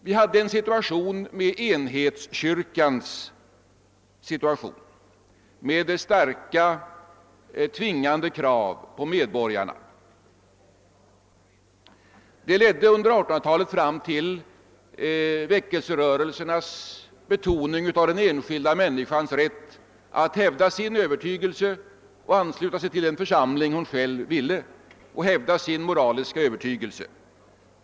Vi hade tidigare en enhetskyrka med starka tvingande krav på medborgarna. Det ledde under 1800-talet fram till väckelserörelsernas betoning av den enskilda människans rätt att hävda sin övertygelse och ansluta sig till den församling hon själv ville tillhöra samt hävda sin moraliska övertygelse.